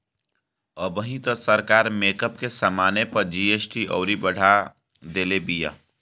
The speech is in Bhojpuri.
अबही तअ सरकार मेकअप के समाने पअ जी.एस.टी अउरी कर बढ़ा देले बिया